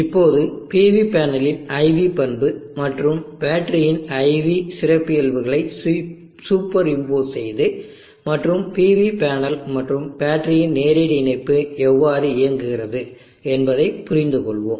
இப்போது PV பேனலின் IV பண்பு மற்றும் பேட்டரியின் IV சிறப்பியல்புகளை சூப்பர் இம்போஸ் செய்து மற்றும் PV பேனல் மற்றும் பேட்டரியின் நேரடி இணைப்பு எவ்வாறு இயங்குகிறது என்பதைப் புரிந்துகொள்வோம்